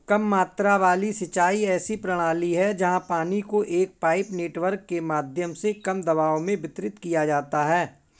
कम मात्रा वाली सिंचाई ऐसी प्रणाली है जहाँ पानी को एक पाइप नेटवर्क के माध्यम से कम दबाव में वितरित किया जाता है